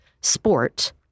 sport